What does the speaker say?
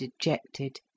dejected